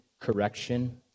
correction